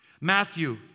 Matthew